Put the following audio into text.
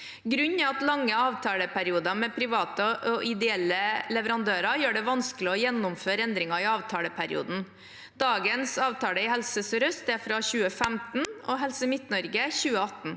Grunnen er at lange avtaleperioder med private og ideelle leverandører gjør det vanskelig å gjennomføre endringer i avtaleperioden. Dagens avtale i Helse sør-øst er fra 2015 og i Helse Midt-Norge fra 2018.